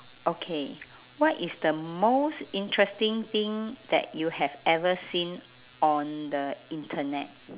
okay what is the most interesting thing that you have ever seen on the internet